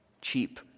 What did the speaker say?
Cheap